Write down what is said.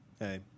Hey